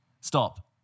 Stop